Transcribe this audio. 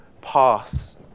pass